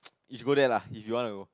you should go there lah if you want to go